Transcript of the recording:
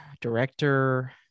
director